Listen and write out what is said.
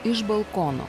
iš balkono